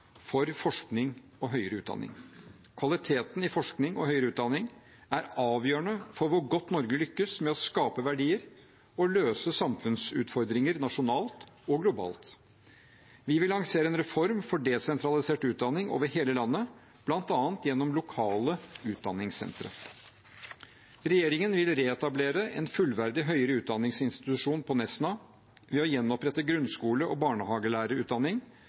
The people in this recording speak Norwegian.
for forskning og høyere utdanning. Kvaliteten i forskning og høyere utdanning er avgjørende for hvor godt Norge lykkes med å skape verdier og løse samfunnsutfordringer nasjonalt og globalt. Vi vil lansere en reform for desentralisert utdanning over hele landet, bl.a. gjennom lokale utdanningssentre. Regjeringen vil reetablere en fullverdig høyere utdanningsinstitusjon på Nesna ved å gjenopprette grunnskole- og barnehagelærerutdanning,